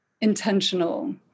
intentional